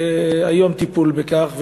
טיפול לכך.